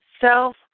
Self